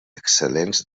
excel·lents